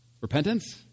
Repentance